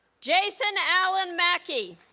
jason allen mackie